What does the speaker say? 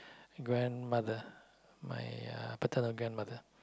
grandmother my uh paternal grandmother